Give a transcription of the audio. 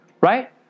right